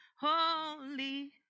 holy